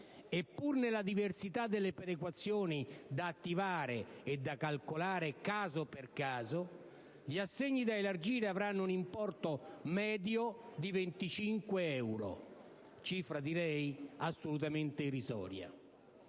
e, pur nella diversità delle perequazioni da attivare e da calcolare caso per caso, gli assegni da elargire avranno un importo medio di 25 euro: cifra, direi, assolutamente irrisoria.